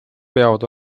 peavad